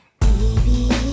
Baby